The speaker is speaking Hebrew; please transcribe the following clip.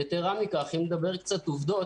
יתרה מכך, אם נדבר עובדות,